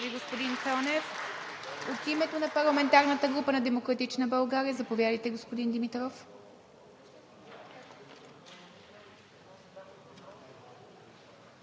господин Цонев. От името на парламентарната група на „Демократична България“ – заповядайте, господин Димитров.